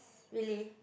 really